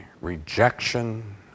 rejection